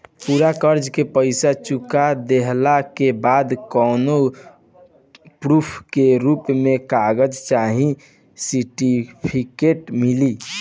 पूरा कर्जा के पईसा चुका देहला के बाद कौनो प्रूफ के रूप में कागज चाहे सर्टिफिकेट मिली?